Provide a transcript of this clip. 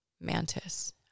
mantis